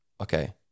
okay